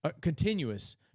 continuous